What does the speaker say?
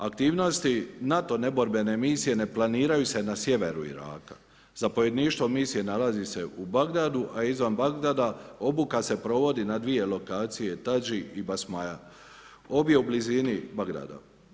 Aktivnosti NATO neborbene misije ne planiraju se na sjeveru Iraka, zapovjedništvo misije nalazi se u Bagdadu, a izvan Bagdada obuka se provodi na dvije lokacije, Tađi i Basmaja, obje u blizini Bagdada.